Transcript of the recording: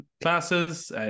classes